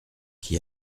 qui